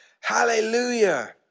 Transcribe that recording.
Hallelujah